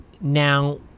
now